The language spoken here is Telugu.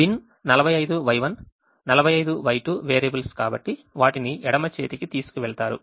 బిన్ 45Y1 45Y2 వేరియబుల్స్ కాబట్టి వాటిని ఎడమ చేతికి తీసుకువెళతారు